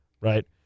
right